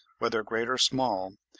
whether great or small,